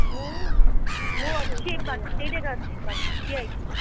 ମୁଁ ମୁଁ ଅଛି ଠିଆ ହେଇଛି